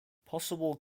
possible